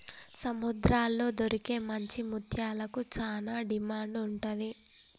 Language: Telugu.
సముద్రాల్లో దొరికే మంచి ముత్యాలకు చానా డిమాండ్ ఉంటది